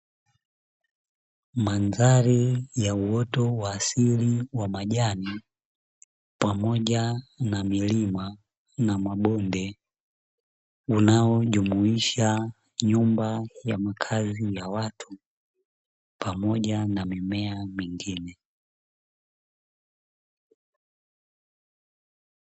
Mandhari ya uoto wa asili wa majani, pamoja na milima na mabonde, unaojumuisha nyumba ya makazi ya watu pamoja na mimea mingine.